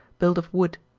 built of wood.